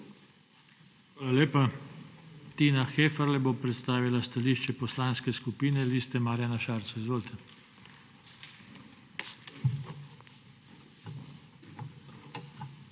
Hvala lepa. Tina Heferle bo predstavila stališče Poslanske skupine Liste Marjana Šarca. **TINA